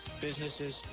businesses